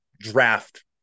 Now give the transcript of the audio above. Draft